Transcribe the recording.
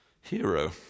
hero